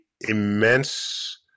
immense